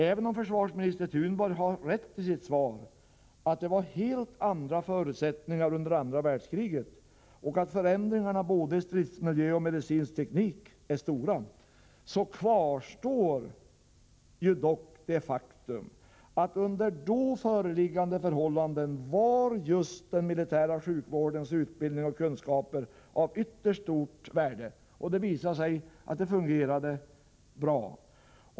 Även om försvarsminister Thunborg har rätt i sitt svar, att det var helt andra förutsättningar under andra världskriget och att förändringarna både i stridsmiljö och i medicinsk teknik är stora, kvarstår det faktum att under då föreliggande förhållanden var just den militära sjukvårdens utbildning och kunskaper av ytterst stort värde. Det har visat sig att det fungerade bra.